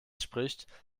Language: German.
spricht